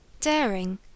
Daring